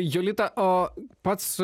jolita o pats